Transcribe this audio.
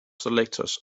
selectors